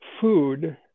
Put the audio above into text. food